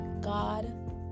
God